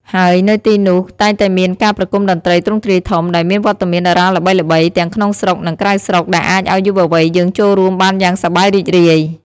ហើយនៅទីនោះ តែងតែមានការប្រគំតន្ត្រីទ្រង់ទ្រាយធំ ដែលមានវត្តមានតារាល្បីៗទាំងក្នុងស្រុក និងក្រៅស្រុក ដែលអាចអោយយុវវ័យយើងចូលរួមបានយ៉ាងសប្បាយរីករាយ។